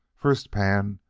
first pan,